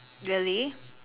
really